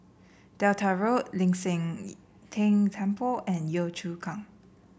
Delta Road Ling San Teng Temple and Yio Chu Kang